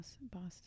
boston